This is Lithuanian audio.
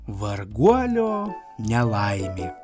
varguolio nelaimė